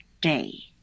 day